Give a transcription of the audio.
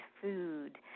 food